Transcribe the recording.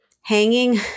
Hanging